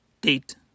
date